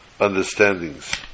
understandings